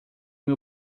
mil